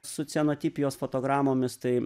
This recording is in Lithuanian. su cianotipijos fotogramomis tai